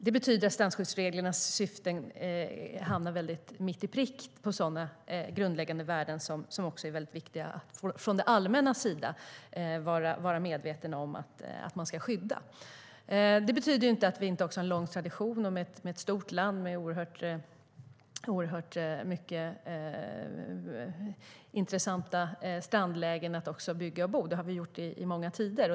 Det betyder att strandskyddsreglernas syften hamnar mitt i prick för sådana från det allmännas sida viktiga grundläggande värden som ska skyddas. Sverige är ett långt och stort land med en lång tradition av intressanta strandlägen där man vill bygga och bo. Det har skett under långa tider.